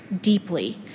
deeply